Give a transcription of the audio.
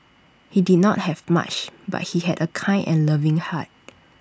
he did not have much but he had A kind and loving heart